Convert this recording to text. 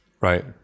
right